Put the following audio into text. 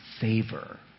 favor